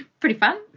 pretty fun.